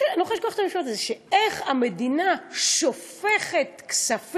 אני לא יכולה לשכוח את המשפט הזה: איך המדינה שופכת כספים,